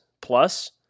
plus